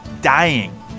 dying